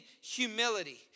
humility